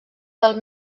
del